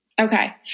Okay